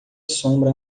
sombra